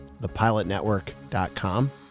thepilotnetwork.com